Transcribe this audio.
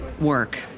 work